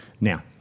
Now